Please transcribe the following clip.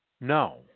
no